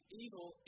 evil